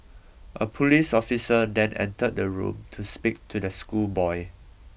a police officer then entered the room to speak to the schoolboy